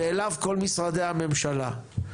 ואליו כל משרדי הממשלה.